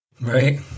right